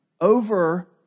over